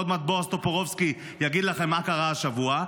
עוד מעט בועז טופורובסקי יגיד לכם מה קרה השבוע,